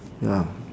ya